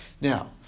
Now